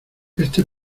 este